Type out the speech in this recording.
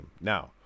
now